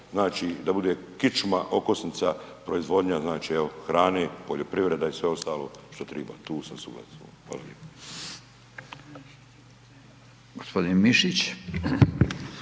znači da bude kičma, okosnica proizvodnja znači evo hrane, poljoprivreda i sve ostalo što treba, tu sam suglasan. Hvala lijepo.